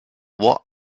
voie